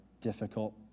difficult